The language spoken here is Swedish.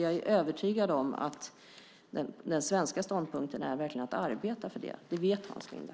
Jag är övertygad om att den svenska ståndpunkten är att verkligen arbeta för det. Det vet Hans Linde.